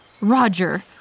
Roger